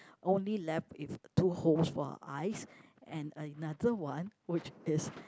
only left with two holes for eyes and another one which is